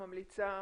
ממליצה,